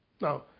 Now